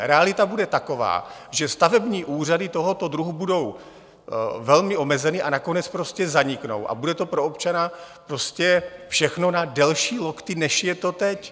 Realita bude taková, že stavební úřady tohoto druhu budou velmi omezené, nakonec zaniknou a bude to pro občana všechno na delší lokty, než je to teď.